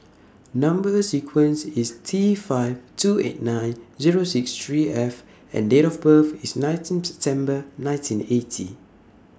Number sequence IS T five two eight nine Zero six three F and Date of birth IS nineteen September nineteen eighty